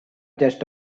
just